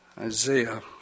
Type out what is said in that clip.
Isaiah